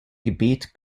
gebet